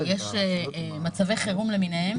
יש מצבי חירום למיניהם